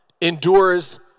endures